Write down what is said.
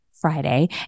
Friday